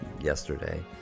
yesterday